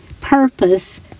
purpose